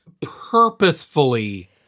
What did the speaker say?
purposefully